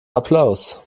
applaus